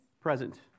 Present